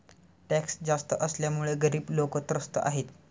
tax जास्त असल्यामुळे गरीब लोकं त्रस्त आहेत